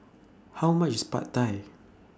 How much IS Pad Thai